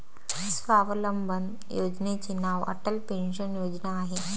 स्वावलंबन योजनेचे नाव अटल पेन्शन योजना आहे